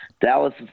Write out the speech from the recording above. Dallas